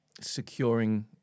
securing